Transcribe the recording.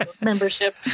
membership